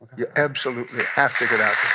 you absolutely have to get out